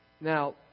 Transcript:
Now